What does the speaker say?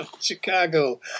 Chicago